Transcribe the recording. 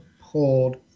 pulled